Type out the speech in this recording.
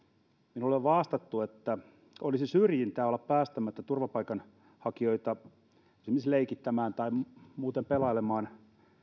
minulle on vastattu että olisi syrjintää olla päästämättä turvapaikanhakijoita esimerkiksi leikittämään tai muuten pelailemaan